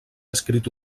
escrit